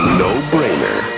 no-brainer